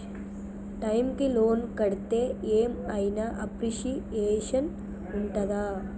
Time కి loan కడ్తే ఏం ఐనా అప్రిషియేషన్ ఉంటదా?